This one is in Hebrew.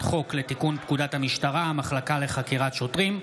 חוק לתיקון פקודת המשטרה (המחלקה לחקירת שוטרים),